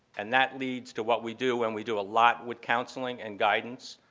and that leads to what we do and we do a lot with counseling and guidance.